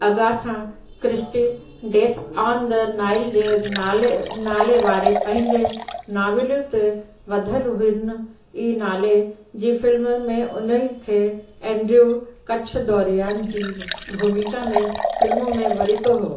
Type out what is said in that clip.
Agatha Christie death on the Nile जे नाले नाले वारे पंहिंजे नाविल ते ब॒धल हुन ई नाले जी फ़िल्म में उन्हनि खे एंड्रयू कच्छ दौरियान जी भूमिका में फ़िल्म में वरितो हो